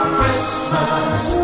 Christmas